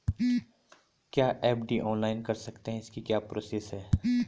क्या FD online कर सकते हैं इसकी क्या प्रोसेस है?